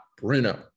Bruno